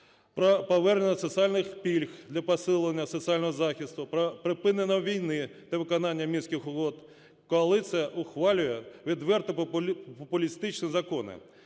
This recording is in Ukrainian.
про повернення соціальних пільг для посилення соціального захисту, про припинення війни та виконання Мінських угод, коаліція ухвалює відверто популістичні закони.